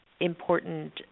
important